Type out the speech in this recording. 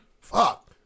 Fuck